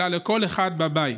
אלא לכל אחד בבית: